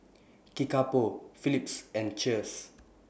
Kickapoo Phillips and Cheers